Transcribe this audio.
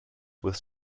with